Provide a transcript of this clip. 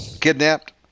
kidnapped